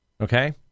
Okay